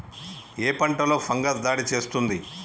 ఏ పంటలో ఫంగస్ దాడి చేస్తుంది?